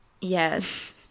Yes